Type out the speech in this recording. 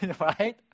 Right